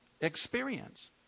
experience